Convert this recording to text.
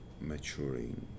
maturing